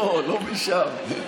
לא משם.